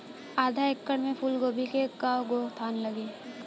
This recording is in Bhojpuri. आधा एकड़ में फूलगोभी के कव गो थान लागी?